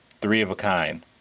three-of-a-kind